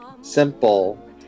simple